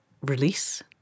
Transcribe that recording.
release